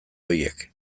horiek